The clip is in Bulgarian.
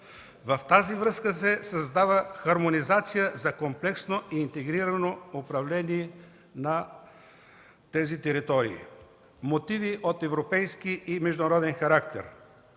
В тази връзка се създава хармонизация за комплексно и интегрирано управление на тези територии. Мотиви от европейски и международен характер